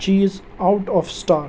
چیٖز out of stock